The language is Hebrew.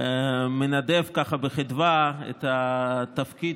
מנדב ככה בחדווה את התפקיד